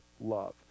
love